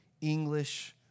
English